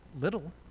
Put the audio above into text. little